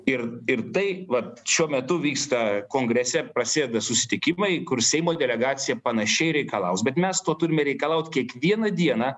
ir ir tai vat šiuo metu vyksta kongrese prasideda susitikimai kur seimo delegacija panašiai reikalaus bet mes to turime reikalaut kiekvieną dieną